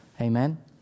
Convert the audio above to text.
Amen